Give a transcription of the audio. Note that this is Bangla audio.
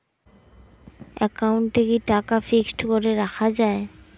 একাউন্টে কি টাকা ফিক্সড করে রাখা যায়?